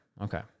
okay